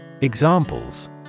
Examples